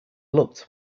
looked